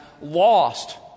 lost